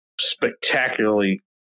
spectacularly